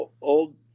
old